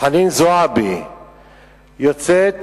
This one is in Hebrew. חנין זועבי יוצאת